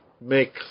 make